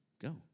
go